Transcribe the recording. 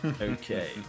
Okay